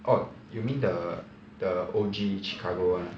orh you mean the the O_G chicago [one] ah